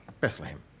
bethlehem